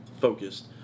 focused